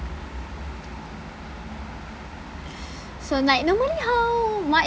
so like normally how much